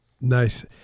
Nice